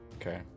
Okay